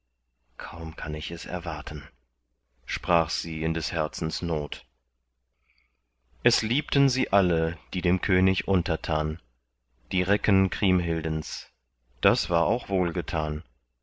kaum kann ich es erwarten sprach sie in des herzens not es liebten sie alle die dem könig untertan die recken kriemhildens das war auch